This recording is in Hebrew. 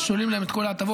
שוללים להם את כל ההטבות,